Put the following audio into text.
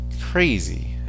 crazy